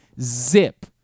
Zip